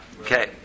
Okay